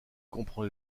comprend